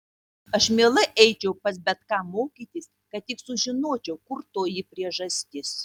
aš mielai eičiau pas bet ką mokytis kad tik sužinočiau kur toji priežastis